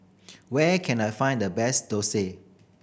where can I find the best dosa